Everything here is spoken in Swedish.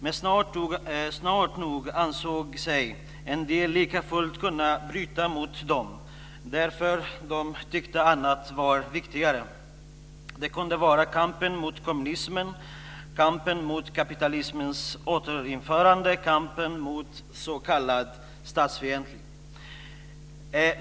Men snart nog ansåg sig en del likafullt kunna bryta mot de mänskliga rättigheterna, därför att de tyckte att annat var viktigare. Det kunde vara kampen mot kommunismen, kampen mot kapitalismens återinförande och kampen mot s.k. statsfiender.